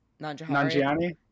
Nanjiani